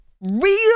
real